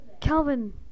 Calvin